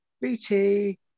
BT